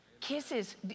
Kisses